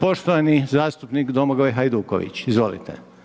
Poštovani zastupnik Domagoj Hajduković, izvolite. **Hajduković, Domagoj (SDP)**